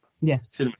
Yes